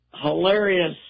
hilarious